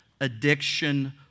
addiction